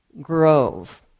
grove